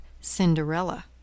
Cinderella